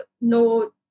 no